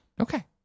Okay